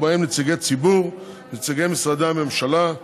ובהם נציגי ציבור ונציגי משרדי הממשלה.